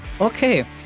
Okay